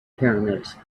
pyramids